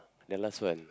the last one